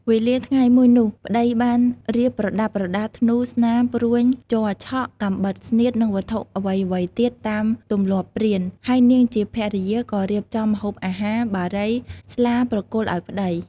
វេលាថ្ងៃមួយនោះ ប្តីបានរៀបប្រដាប់ប្រដា ធ្នូ ស្នា ព្រួញជ័រឆក់ កាំបិតស្នៀត និងវត្ថុអ្វីៗទៀត តាមទម្លាប់ព្រាន ហើយនាងជាភរិយា ក៏រៀបចំម្ហូបចំណី បារី ស្លាប្រគល់ឱ្យប្ដី។